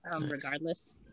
regardless